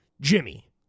Jimmy